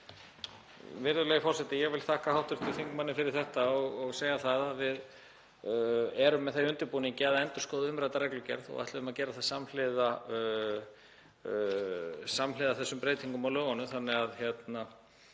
Virðulegi forseti. Ég vil þakka hv. þingmanni fyrir þetta og segja að við erum með það í undirbúningi að endurskoða umrædda reglugerð og ætlum að gera það samhliða þessum breytingum á lögunum.